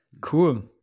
Cool